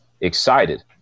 excited